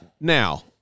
Now